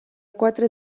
quatre